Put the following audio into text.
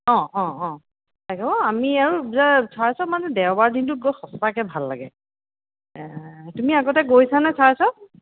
অঁ অঁ অঁ আমি আৰু যে চাৰ্চত মানুহ দেওবাৰ দিনটোত গৈ সঁচাকৈ ভাল লাগে তুমি আগতে গৈছানে চাৰ্চত